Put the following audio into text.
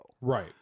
Right